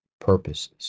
purposes